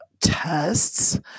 tests